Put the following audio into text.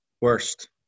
worst